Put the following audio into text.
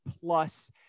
plus